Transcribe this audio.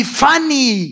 funny